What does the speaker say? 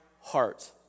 heart